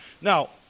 Now